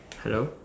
hello